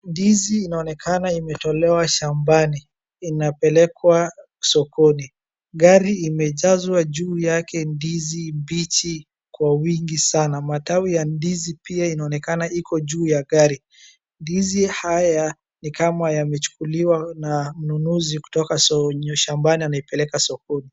Ndizi inaonekana imetolewa shambani, inapelekwa sokoni. Gari imejazwa juu yake ndizi mbichi kwa wingi sana. Matawi ya ndizi pia inaonekana iko juu ya gari. Ndizi haya ni kama yamechukuliwa na mnunuzi kutoka shambani anayepeleka sokoni.